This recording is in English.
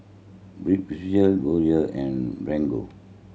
Ripcurl Biore and Bargo